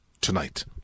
tonight